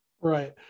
Right